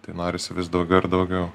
tai norisi vis daugiau ir daugiau